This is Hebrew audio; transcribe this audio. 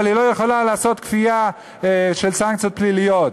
אבל היא לא יכולה לעשות כפייה, סנקציות פליליות.